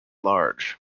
large